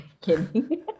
Kidding